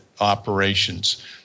operations